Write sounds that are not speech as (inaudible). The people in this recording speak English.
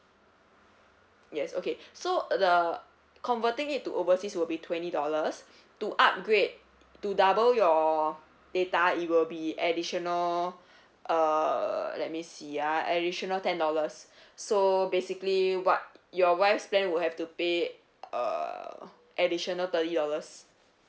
yes okay so the converting it to overseas will be twenty dollars to upgrade to double your data it will be additional uh let me see ah additional ten dollars (breath) so basically what your wife's plan would have to pay uh additional thirty dollars